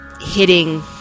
hitting